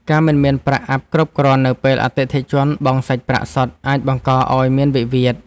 ការមិនមានប្រាក់អាប់គ្រប់គ្រាន់នៅពេលអតិថិជនបង់សាច់ប្រាក់សុទ្ធ អាចបង្កឱ្យមានវិវាទ។